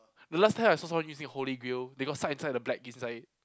the last time I saw someone using holy grail they got stuck inside the black